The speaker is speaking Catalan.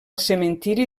cementiri